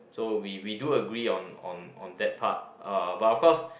so we we do agree on on on that part uh but of course